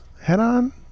head-on